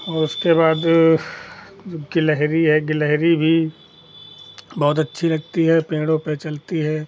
और उसके बाद गिलहरी है गिलहरी भी बहुत अच्छी लगती है पेड़ों पर चलती है